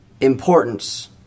importance